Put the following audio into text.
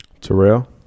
Terrell